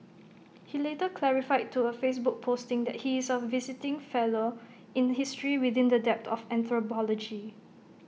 he later clarified to A Facebook posting that he is A visiting fellow in history within the dept of anthropology